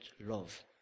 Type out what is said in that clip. love